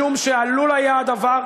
משום שעלול היה הדבר,